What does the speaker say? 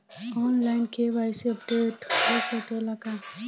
आन line KYC updation हो सकेला का?